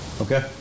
Okay